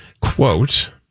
Quote